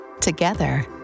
Together